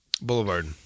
Boulevard